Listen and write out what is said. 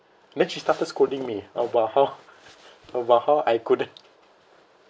then she started scolding me about how about how I couldn't